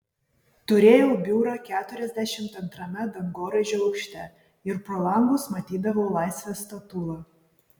turėjau biurą keturiasdešimt antrame dangoraižio aukšte ir pro langus matydavau laisvės statulą